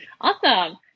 Awesome